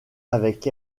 avec